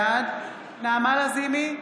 בעד נעמה לזימי,